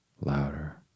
louder